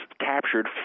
captured